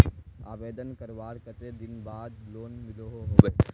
आवेदन करवार कते दिन बाद लोन मिलोहो होबे?